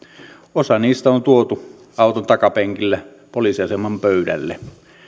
osa niistä on tuotu auton takapenkillä poliisiaseman pöydälle